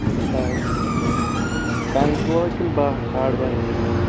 بَہہ اِنٛچ وول کَہہ اِنٛچ وولا کِنہٕ بَہہ ساڑٕ بَہہ اِنٛچ وول